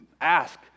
ask